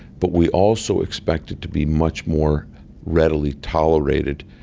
but we also expect it to be much more readily tolerated,